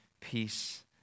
peace